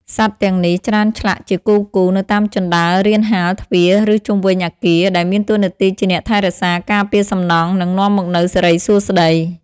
សត្វទាំងនេះ ច្រើនឆ្លាក់ជាគូៗនៅតាមជណ្តើររានហាល ទ្វារ ឬជុំវិញអគារ ដែលមានតួនាទីជាអ្នកថែរក្សា ការពារសំណង់ និងនាំមកនូវសិរីសួស្តី។